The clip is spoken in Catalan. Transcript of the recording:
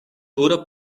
dura